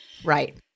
Right